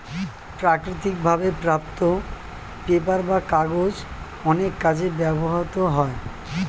প্রাকৃতিক ভাবে প্রাপ্ত পেপার বা কাগজ অনেক কাজে ব্যবহৃত হয়